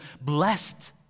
blessed